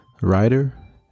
Writer